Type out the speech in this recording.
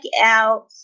out